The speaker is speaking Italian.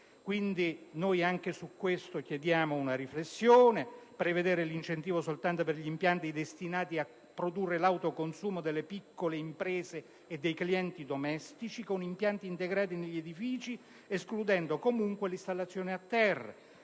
l'incentivo, è necessario in particolare: prevedere l'incentivo soltanto per gli impianti destinati a coprire l'autoconsumo delle piccole imprese e dei clienti domestici, con impianti integrati negli edifici ed escludendo comunque l'installazione a terra;